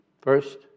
First